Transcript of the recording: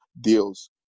deals